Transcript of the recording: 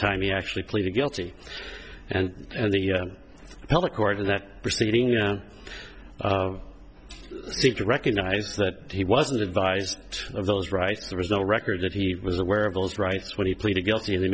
time he actually pleaded guilty and and the public art in that proceeding you know seek to recognize that he wasn't advised of those rights there was no record that he was aware of those rights when he pleaded guilty in the